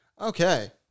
Okay